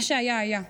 מה שהיה היה.